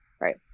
right